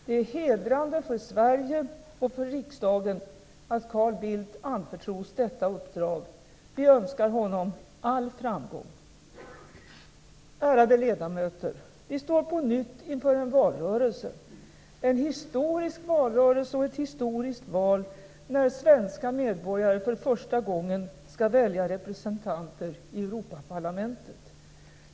Det är hedrande för Sverige och för riksdagen att Carl Bildt anförtrotts detta uppdrag. Vi önskar honom all framgång. Ärade ledamöter! Vi står på nytt inför en valrörelse - en historisk valrörelse och ett historiskt val, när svenska medborgare för första gången skall välja representanter i Europaparlamentet.